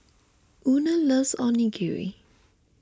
Una loves Onigiri